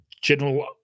general –